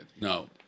No